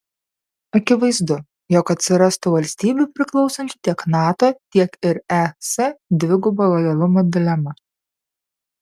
akivaizdu jog atsirastų valstybių priklausančių tiek nato tiek ir es dvigubo lojalumo dilema